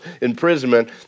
imprisonment